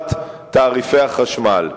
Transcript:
מהעלאת תעריפי החשמל.